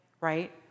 right